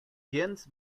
gens